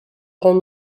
grand